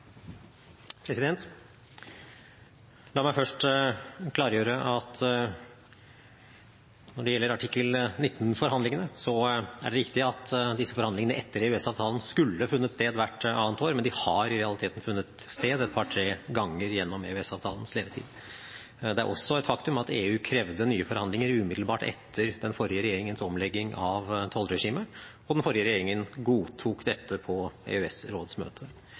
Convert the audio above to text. La meg først klargjøre at når det gjelder artikkel 19-forhandlingene, er det riktig at disse forhandlingene etter EØS-avtalen skulle ha funnet sted hvert annet år, men de har i realiteten funnet sted et par–tre ganger gjennom EØS-avtalens levetid. Det er også et faktum at EU krevde nye forhandlinger umiddelbart etter den forrige regjeringens omlegging av tollregimet, og den forrige regjeringen godtok dette på